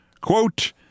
Quote